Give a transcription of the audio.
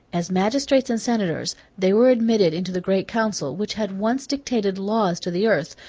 as magistrates and senators they were admitted into the great council, which had once dictated laws to the earth,